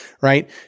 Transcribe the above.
right